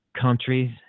countries